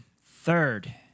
Third